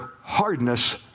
hardness